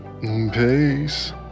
Peace